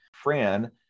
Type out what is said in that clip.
Fran